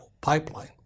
pipeline